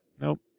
Nope